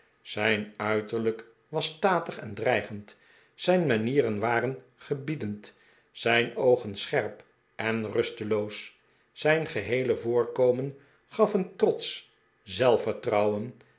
zijn uiterlijk was statig en dreigend zijn manieren waren gebiedendj zijn oogen scherp en rusteloos zijn geheele voorkomen gaf een trotsch zelfvertrouwen